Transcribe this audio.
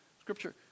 Scripture